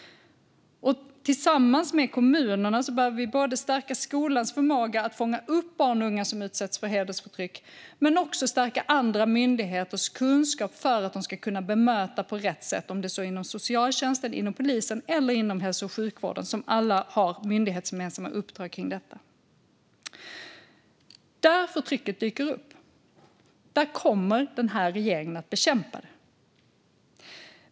Tillsammans med kommunerna behöver vi stärka skolans förmåga att fånga upp barn och unga som utsätts för hedersförtryck. Men vi behöver också stärka andra myndigheters kunskap för att de ska kunna bemöta på rätt sätt - det kan vara socialtjänsten, polisen eller hälso och sjukvården, som alla har myndighetsgemensamma uppdrag kring detta. Där förtrycket dyker upp kommer denna regering att bekämpa det.